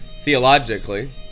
theologically